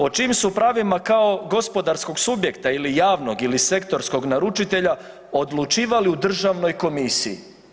O čijim su pravima kao gospodarskog subjekta ili javnog ili sektorskog naručitelja odlučivali u državnoj komisiji?